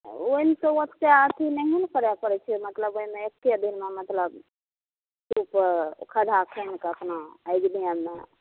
ओहिमे तऽ ओते एथी नहिए ने करे पड़ै छै मतलब ओहिमे एके दिनमे मतलब सुप खद्धा खुनि कऽ अपना